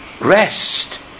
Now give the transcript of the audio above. rest